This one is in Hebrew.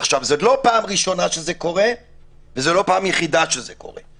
זאת לא פעם ראשונה שזה קורה וזאת לא פעם יחידה שזה קורה.